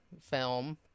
film